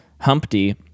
Humpty